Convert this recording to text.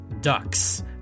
Ducks